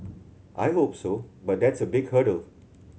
I hope so but that's a big hurdle